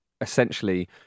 essentially